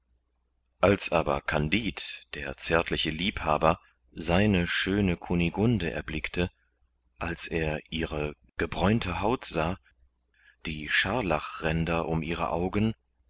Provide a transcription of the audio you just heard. als aber kandid der zärtliche liebhaber seine schöne kunigunde erblickte als er ihre gebräunte haut sah die scharlachränder um ihre augen